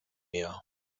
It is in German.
meer